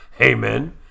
Amen